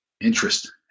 interest